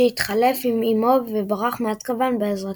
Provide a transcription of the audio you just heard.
שהתחלף עם אימו וברח מאזקבאן בעזרתה.